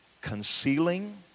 concealing